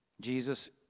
Jesus